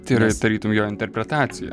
tai yra tarytum jo interpretacija